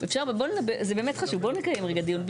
אפשר, זה במאת חשוב, בואו נקיים רגע דיון.